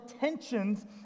tensions